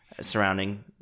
surrounding